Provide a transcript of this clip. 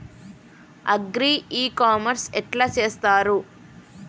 Agri e commerce ఎట్ల చేస్తరు?